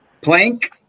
Plank